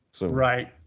Right